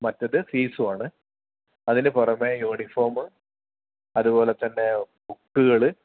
മറ്റേത് ഫീസും ആണ് അതിൻ്റെ പുറമേ യൂണിഫോം അതുപോലെത്തന്നെ ബുക്കുകള്